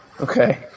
Okay